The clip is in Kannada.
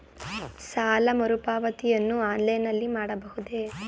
ಸಾಲ ಮರುಪಾವತಿಯನ್ನು ಆನ್ಲೈನ್ ನಲ್ಲಿ ಮಾಡಬಹುದೇ?